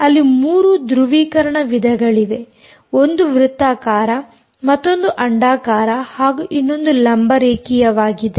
ಅಲ್ಲಿ 3 ಧೃವೀಕರಣ ವಿಧಗಳಿವೆ ಒಂದು ವೃತ್ತಾಕಾರ ಮತ್ತೊಂದು ಅಂಡಾಕಾರ ಹಾಗೂ ಇನ್ನೊಂದು ಲಂಬ ರೇಖೀಯವಾಗಿದೆ